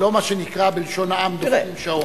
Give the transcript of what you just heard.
הרופאים הרי לא, מה שנקרא בלשון העם, דופקים שעון.